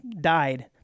died